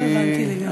אני לא הבנתי לגמרי.